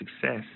success